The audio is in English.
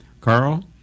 Carl